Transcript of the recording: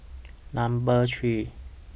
Number three